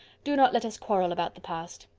do not let us quarrel about the past.